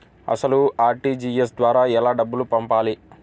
అసలు అర్.టీ.జీ.ఎస్ ద్వారా ఎలా డబ్బులు పంపాలి?